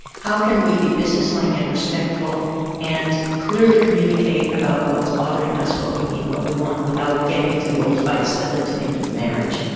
how can we be businesslike and respectful and clearly communicate about what's bothering us, what we need, what we want, without getting into the old fights that led to the end of the marriage?